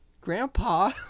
Grandpa